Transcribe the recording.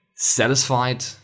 satisfied